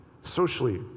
socially